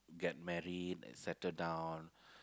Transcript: get married and settled down